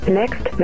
next